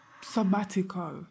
sabbatical